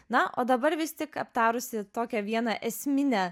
na o dabar vis tik aptarusi tokią vieną esminę